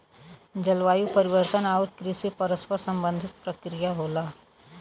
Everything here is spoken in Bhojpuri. जलवायु परिवर्तन आउर कृषि परस्पर संबंधित प्रक्रिया होला